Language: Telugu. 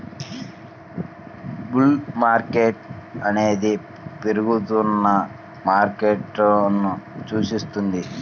బుల్ మార్కెట్ అనేది పెరుగుతున్న మార్కెట్ను సూచిస్తుంది